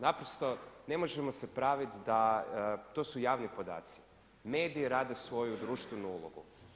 Naprosto ne možemo se praviti da, to su javni podaci, mediji rade svoju društvenu ulogu.